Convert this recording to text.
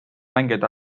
mängijad